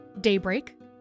daybreak